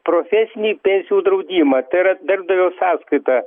profesinį pensijų draudimą tai yra darbdavio sąskaita